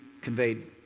conveyed